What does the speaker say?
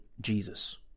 Jesus